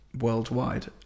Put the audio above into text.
worldwide